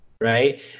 right